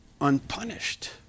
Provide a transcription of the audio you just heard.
unpunished